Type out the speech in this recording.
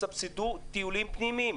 תסבסדו טיולים פנימיים.